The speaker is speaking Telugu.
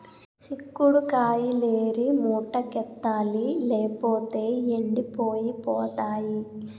సిక్కుడు కాయిలేరి మూటకెత్తాలి లేపోతేయ్ ఎండిపోయి పోతాయి